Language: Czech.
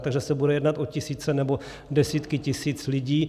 Takže se bude jednat o tisíce nebo desítky tisíc lidí.